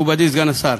מכובדי סגן השר,